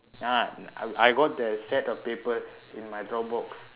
ah I I got the set of papers in my dropbox